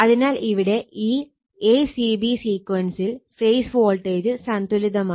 അതിനാൽ ഇവിടെ ഈ a c b സീക്വൻസിൽ ഫേസ് വോൾട്ടേജ് സന്തുലിതമാണ്